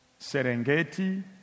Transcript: Serengeti